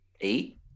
eight